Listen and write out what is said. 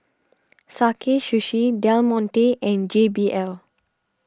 Sakae Sushi Del Monte and J B L